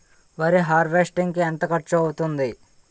వరి హార్వెస్టింగ్ కి ఎంత ఖర్చు అవుతుంది?